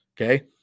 okay